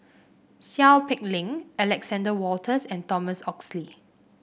Seow Peck Leng Alexander Wolters and Thomas Oxley